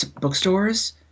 Bookstores